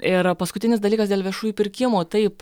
ir paskutinis dalykas dėl viešųjų pirkimų taip